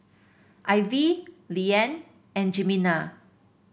Ivie Leeann and Jimena